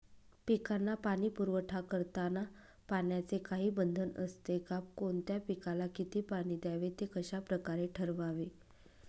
पिकांना पाणी पुरवठा करताना पाण्याचे काही बंधन असते का? कोणत्या पिकाला किती पाणी द्यावे ते कशाप्रकारे ठरवावे?